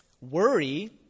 Worry